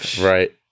Right